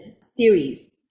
series